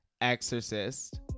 Exorcist